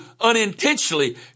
unintentionally